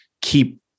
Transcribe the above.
keep